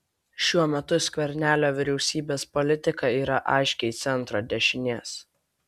šiuo metu skvernelio vyriausybės politika yra aiškiai centro dešinės